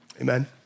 Amen